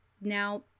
Now